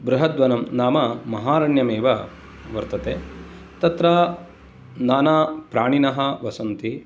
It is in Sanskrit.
बृहद्वनं नाम महारण्यमेव वर्तते तत्र नानाप्राणिनः वसन्ति